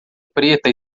preta